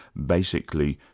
basically,